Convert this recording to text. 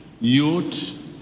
youth